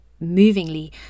movingly